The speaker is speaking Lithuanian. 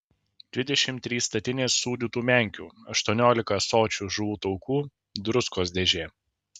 dvidešimt trys statinės sūdytų menkių aštuoniolika ąsočių žuvų taukų druskos dėžė